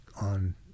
On